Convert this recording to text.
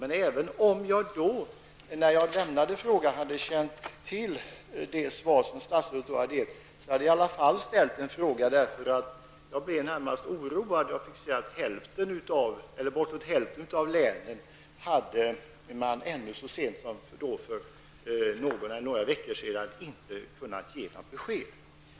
Men även om jag när jag lämnade in frågan hade känt till det svar som statsrådet då hade gett, hade jag i alla fall ställt en fråga, eftersom jag blev närmast oroad då jag fick se att man i bortåt hälften av länen så sent som för några veckor sedan inte hade kunnat ge några besked.